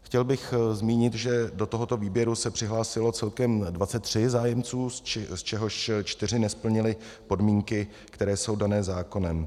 Chtěl bych zmínit, že do tohoto výběru se přihlásilo celkem 23 zájemců, z čehož čtyři nesplnili podmínky, které jsou dané zákonem.